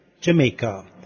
Jamaica